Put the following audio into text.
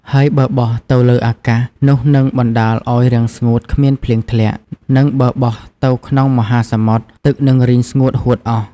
ហើយបើបោះទៅលើអាកាស នោះនឹងបណ្ដាលឲ្យរាំងស្ងួតគ្មានភ្លៀងធ្លាក់ និងបើបោះទៅក្នុងមហាសមុទ្រ ទឹកនឹងរីងស្ងួតហួតអស់។